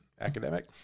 academic